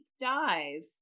dive